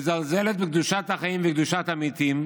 מזלזלת בקדושת החיים ובקדושת המתים,